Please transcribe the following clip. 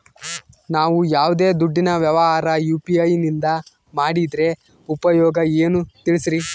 ನಾವು ಯಾವ್ದೇ ದುಡ್ಡಿನ ವ್ಯವಹಾರ ಯು.ಪಿ.ಐ ನಿಂದ ಮಾಡಿದ್ರೆ ಉಪಯೋಗ ಏನು ತಿಳಿಸ್ರಿ?